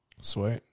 Sweet